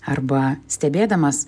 arba stebėdamas